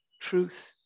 truth